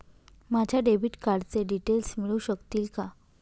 माझ्या डेबिट कार्डचे डिटेल्स मिळू शकतील का?